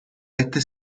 este